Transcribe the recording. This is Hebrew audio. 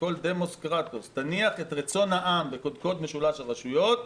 כמו בכל דמוס קרטוס את רצון העם בקודקוד משולש הרשויות,